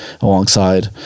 alongside